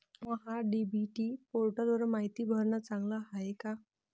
महा DBT पोर्टलवर मायती भरनं चांगलं हाये का?